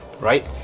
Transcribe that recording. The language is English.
right